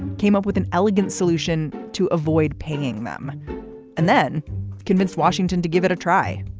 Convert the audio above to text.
came up with an elegant solution to avoid paying them and then convinced washington to give it a try.